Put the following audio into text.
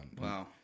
wow